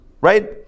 right